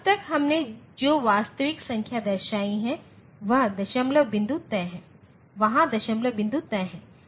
अब तक हमने जो वास्तविक संख्या दर्शाई थी वहा दशमलव बिंदु तय थी